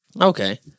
Okay